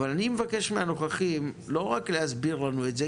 אבל אני מבקש מהנוכחים לא רק להסביר לנו את זה,